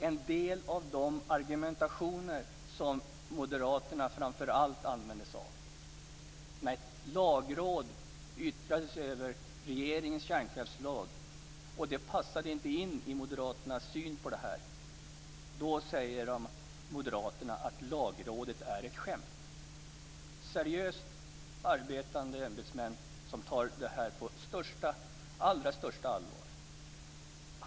En del av de argument som framför allt moderaterna använder sig av när Lagrådet yttrade sig över regeringens kärnkraftspolitik och det inte passade in i moderaternas syn går ut på att Lagrådet är ett skämt - seriöst arbetande ämbetsmän som tar detta på allra största allvar.